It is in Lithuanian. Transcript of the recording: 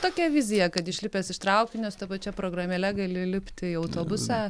tokia vizija kad išlipęs iš traukinio su ta pačia programėle gali lipti į autobusą